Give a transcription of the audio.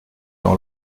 dans